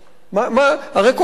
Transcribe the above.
הרי כל חודש עוברים.